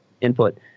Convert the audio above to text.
input